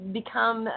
become